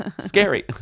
Scary